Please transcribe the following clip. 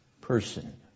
person